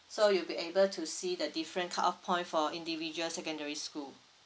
so you'll be able to see the different cut off point for individual secondary school